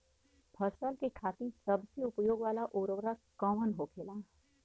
फसल के खातिन सबसे उपयोग वाला उर्वरक कवन होखेला?